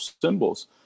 symbols